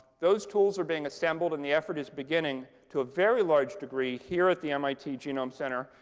those tools are being assembled, and the effort is beginning to a very large degree here at the mit genome center,